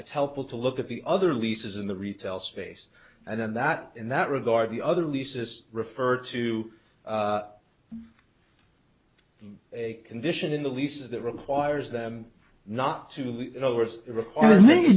it's helpful to look at the other leases in the retail space and then that in that regard the other leases referred to a condition in the lease that requires them not to you